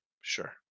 Sure